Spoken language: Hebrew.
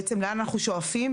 לאן אנחנו שואפים,